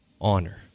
honor